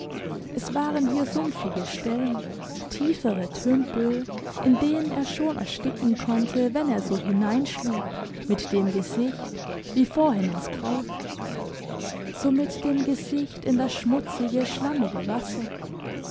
es waren hier sumpfige stellen tiefere tümpel in denen er schon ersticken konnte wenn er so hineinschlug mit dem gesicht wie vorhin ins kraut so mit dem gesicht in das schmutzige schlammige wasser